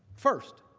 first,